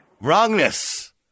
wrongness